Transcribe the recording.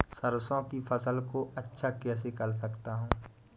सरसो की फसल को अच्छा कैसे कर सकता हूँ?